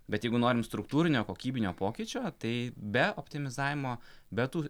bet jeigu norim struktūrinio kokybinio pokyčio tai be optimizavimo be tų